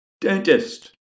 Dentist